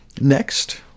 Next